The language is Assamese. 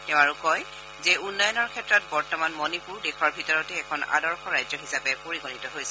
তেওঁ আৰু কয় যে উন্নয়নৰ ক্ষেত্ৰত বৰ্তমান মণিপুৰ দেশৰ ভিতৰতে এখন আদৰ্শ ৰাজ্য হিচাপে পৰিগণিত হৈছে